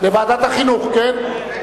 לוועדת החינוך, כן?